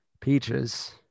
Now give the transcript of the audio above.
peaches